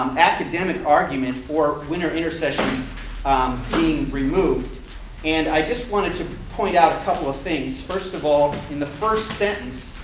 um academic argument for winter inner session being removed and i just wanted to point out a couple of things. first of all, in the first sentence,